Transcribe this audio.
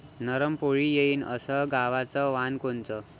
नरम पोळी येईन अस गवाचं वान कोनचं?